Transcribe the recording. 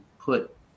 put